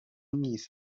نیست